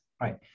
right